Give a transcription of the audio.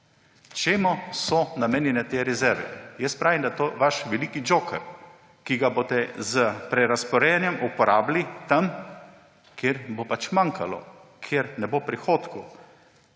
Čemu so namenjene te rezerve? Jaz pravim, da je to vaš velik joker, ki ga boste s prerazporejanjem uporabili tam, kjer bo manjkalo, kjer ne bo prihodkov,